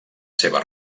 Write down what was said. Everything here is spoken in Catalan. seva